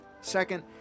Second